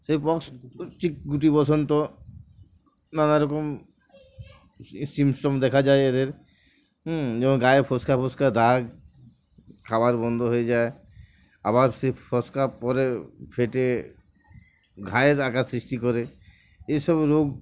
সেই pox chicken গুটি বসন্ত নানাারকম সিম্পটম দেখা যায় এদের হুম যেমন গায়ে ফচকা ফুচকা দাগ খাবার বন্ধ হয়ে যায় আবার সে ফোসকা পরে ফেটে ঘায়ের আঁকার সৃষ্টি করে এইসব রোগ